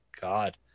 God